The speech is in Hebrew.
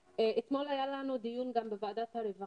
התייחסנו לסוגיה הזו בדיון הקודם.